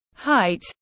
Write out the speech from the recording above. Height